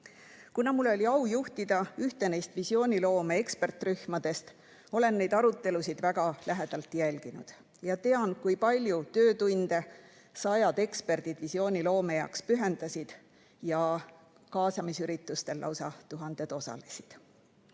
Kuna mul oli au juhtida ühte neist visiooniloome ekspertrühmadest, olen neid arutelusid väga lähedalt jälginud ja tean, kui palju töötunde sajad eksperdid visiooniloome heaks pühendasid, kaasamisüritustel osalesid